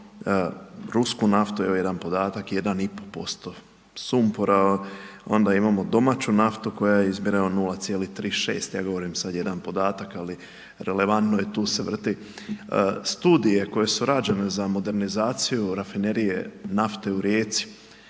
rusku naftu, evo jedan podatak 1,5% sumpora, onda imamo domaću naftu koja je izmjerena 0,36, ja sad govorim jedan podatak, ali relevantno je, tu se vrti. Studije koje su rađene za modernizaciju rafinerije nafte u Rijeci,